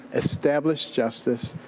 establish justice,